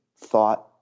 thought